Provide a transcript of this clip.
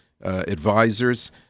advisors